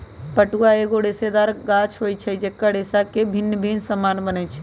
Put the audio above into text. पटुआ एगो रेशेदार गाछ होइ छइ जेकर रेशा से भिन्न भिन्न समान बनै छै